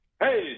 Hey